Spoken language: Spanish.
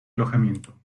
alojamiento